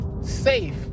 safe